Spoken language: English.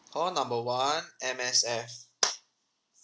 call number one M_S_F